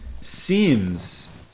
seems